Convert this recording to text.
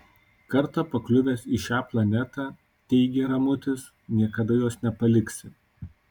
kartą pakliuvęs į šią planetą teigė ramutis niekada jos nepaliksi